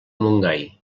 montgai